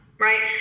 right